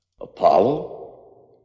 apollo